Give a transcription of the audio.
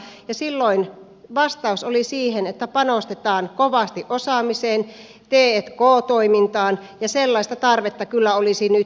silloin vastaus oli se että panostetaan kovasti osaamiseen t k toimintaan ja sellaista tarvetta kyllä olisi nytkin